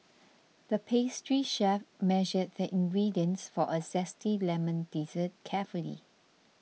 the pastry chef measured the ingredients for a Zesty Lemon Dessert carefully